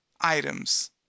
items